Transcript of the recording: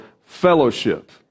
fellowship